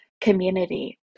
community